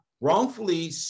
wrongfully